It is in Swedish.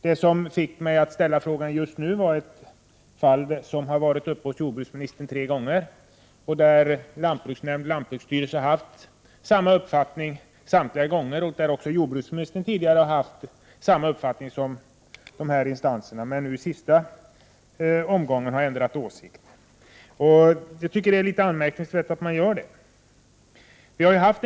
Det som fick mig att ställa frågan just nu var ett fall som har varit uppe hos jordbruksministern tre gånger. Lantbruksnämnden och lantbruksstyrelsen har haft samma uppfattning samtliga gånger, och även jordbruksministern har tidigare haft samma uppfattning som dessa instanser. Men vid det senaste tillfället har jordbruksministern ändrat åsikt. Jag tycker att det är litet anmärkningsvärt att han har gjort det.